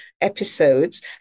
episodes